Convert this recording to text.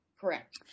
Correct